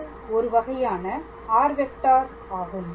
இது ஒருவகையான r⃗ vector ஆகும்